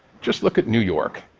just look at new york.